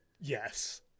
yes